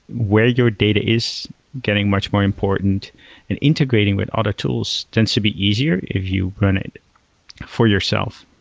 where your data is getting much more important and integrating with other tools tends to be easier if you run it for yourself.